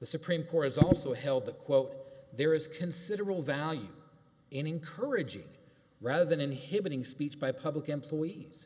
the supreme court has also held the quote there is considerable value in encouraging rather than inhibiting speech by public employees